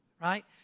right